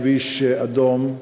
כביש אדום,